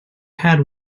had